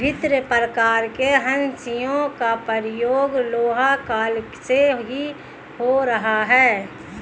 भिन्न प्रकार के हंसिया का प्रयोग लौह काल से ही हो रहा है